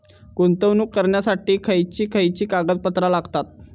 गुंतवणूक करण्यासाठी खयची खयची कागदपत्रा लागतात?